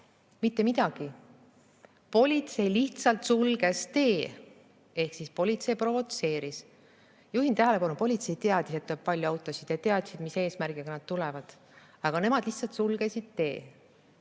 Mitte midagi! Politsei lihtsalt sulges tee ehk siis politsei provotseeris. Juhin tähelepanu: politsei teadis, et tuleb palju autosid, ja teadis, mis eesmärgiga nad tulevad. Aga nemad lihtsalt sulgesid tee. Kui